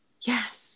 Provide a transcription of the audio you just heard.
yes